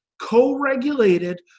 co-regulated